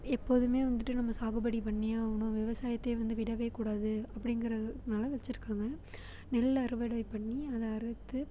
எப்போதுமே வந்துட்டு நம்ம சாகுபடி பண்ணியே ஆகணும் விவசாயத்தையே வந்து விடவே கூடாது அப்படிங்கிறதுனால வச்சிருக்காங்கள் நெல் அறுவடை பண்ணி அதை அறுத்து